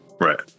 Right